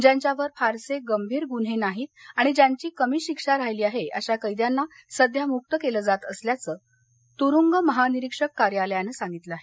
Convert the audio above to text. ज्यांच्यावर फारसे गंभीर गुन्हे नाहीत आणि ज्यांची कमी शिक्षा राहिली आहे अशा कैद्यांना सध्या मुक्त केलं जात असल्याचं तुरुंग महानिरीक्षक कार्यालयानं सांगितलं आहे